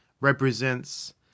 represents